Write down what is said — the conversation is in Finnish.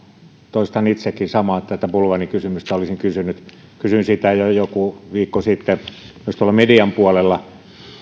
toistan itsekin samaa tätä bulvaanikysymystä olisin kysynyt kysyin sitä jo jo joku viikko sitten myös tuolla median puolella